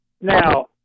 Now